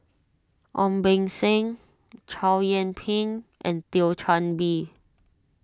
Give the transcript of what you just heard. Ong Beng Seng Chow Yian Ping and Thio Chan Bee